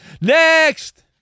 Next